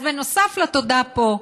אז בנוסף לתודה פה,